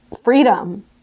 freedom